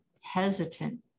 hesitant